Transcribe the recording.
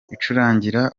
icurangira